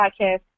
podcast